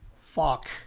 fuck